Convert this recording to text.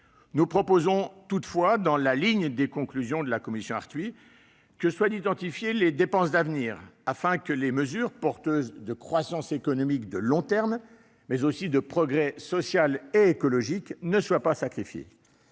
Nous proposons toutefois, dans le prolongement des conclusions de la commission Arthuis, que soient identifiées les dépenses d'avenir, afin que les mesures contribuant à une croissance économique de long terme, ainsi qu'au progrès social et écologique ne soient pas sacrifiées.